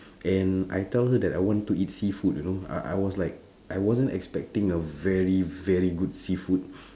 and I tell her that I want to eat seafood you know I I was like I wasn't expecting a very very good seafood